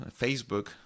Facebook